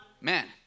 Man